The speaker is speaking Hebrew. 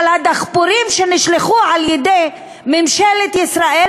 אבל הדחפורים שנשלחו על-ידי ממשלת ישראל